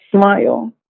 Smile